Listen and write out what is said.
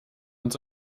uns